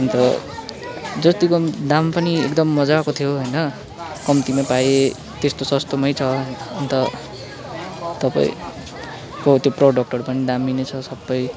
अन्त जतिको दाम पनि एकदम मज्जाको थियो होइन कम्तीमै पाएँ त्यस्तो सस्तोमै छ अन्त तपाईँको त्यो प्रोडक्टहरू पनि दाम्मी नै छ सबै